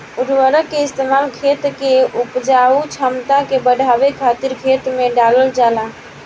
उर्वरक के इस्तेमाल खेत के उपजाऊ क्षमता के बढ़ावे खातिर खेत में डालल जाला